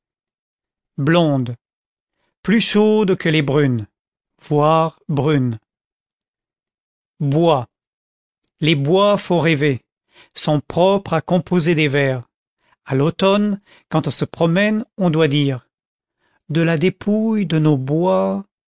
blondes plus chaudes que les brunes v brunes bois les bois font rêver sont propres à composer des vers a l'automne quand on se promène on doit dire de la dépouille de nos bois